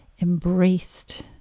embraced